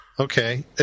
Okay